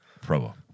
Provo